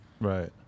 Right